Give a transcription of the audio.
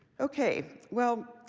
okay. well,